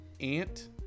Ant